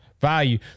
value